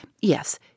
Yes